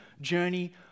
journey